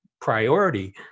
priority